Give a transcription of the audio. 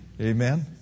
Amen